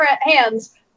hands